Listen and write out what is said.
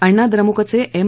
अण्णा द्रमुकचे एम